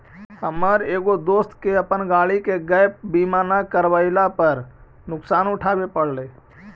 हमर एगो दोस्त के अपन गाड़ी के गैप बीमा न करवयला पर नुकसान उठाबे पड़लई